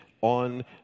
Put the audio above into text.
on